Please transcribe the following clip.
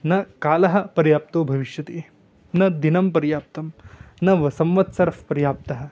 न कालः पर्याप्तो भविष्यति न दिनं पर्याप्तं न व संवत्सरः पर्याप्तः